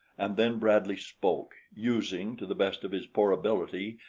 and then bradley spoke, using to the best of his poor ability,